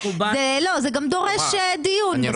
זה גם דורש דיון בסוף.